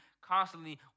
constantly